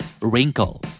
Wrinkle